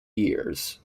years